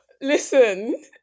listen